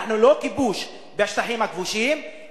אנחנו לא כיבוש בשטחים הכבושים,